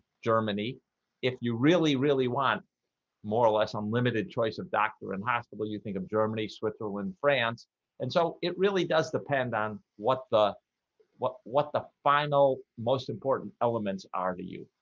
germany if you really really want more or less unlimited choice of doctor and hospital you think of germany switzerland france and so it really does depend on what the what what the final most important elements are to you